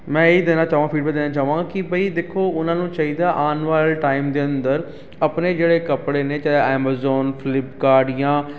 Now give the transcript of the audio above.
ਮੈਂ ਇਹ ਹੀ ਦੇਣਾ ਚਾਹਵਾਂ ਗਾ ਫੀਡਬੈਕ ਦੇਣਾ ਚਾਹਵਾਂ ਗਾ ਕਿ ਬਈ ਦੇਖੋ ਉਨ੍ਹਾਂ ਨੂੰ ਚਾਹੀਦਾ ਆਉਣ ਵਾਲੇ ਟਾਈਮ ਦੇ ਅੰਦਰ ਆਪਣੇ ਜਿਹੜੇ ਕੱਪੜੇ ਨੇ ਚਾਹੇ ਐਮਾਜੋਨ ਫਲਿੱਪਕਾਟ ਜਾਂ